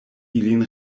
ilin